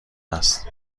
است